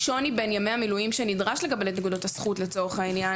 השוני בין ימי המילואים שנדרש לקבל את נקודת הזכות הוא טווח